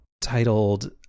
titled